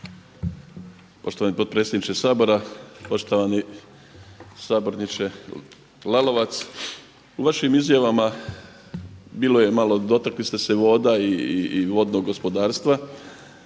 Poštovani potpredsjedniče Sabora. Poštovani saborniče Lalovac, u vašim izjavama bilo je malo, dotakli ste se voda i vodnog gospodarstva,